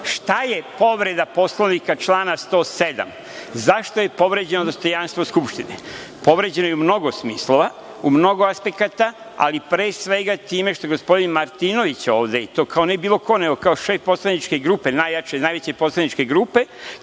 je povreda Poslovnika, člana 107? Zašto je povređeno dostojanstvo Skupštine? Povređeno je u mnogo smislova, u mnogo aspekata, ali pre svega time što je gospodin Martinović ovde, i to ne kao bilo ko, nego kao šef poslaničke grupe, najjače i najveće poslaničke grupe,